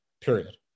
period